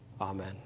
Amen